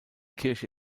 kirche